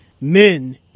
men